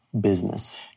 business